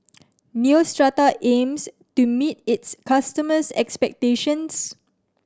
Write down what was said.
Neostrata aims to meet its customers' expectations